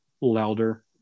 louder